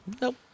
Nope